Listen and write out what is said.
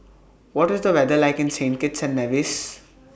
What IS The weather like in Saint Kitts and Nevis